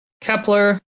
Kepler